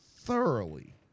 thoroughly